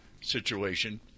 situation